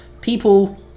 people